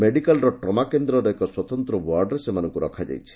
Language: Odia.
ମେଡିକାଲ୍ର ଟ୍ରମା କେନ୍ଦ୍ରରର ଏକ ସ୍ୱତନ୍ତ ୱାର୍ଡରେ ସେମାନଙ୍କୁ ରଖାଯାଇଛି